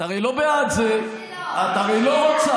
את הרי לא בעד זה, את הרי לא רוצה.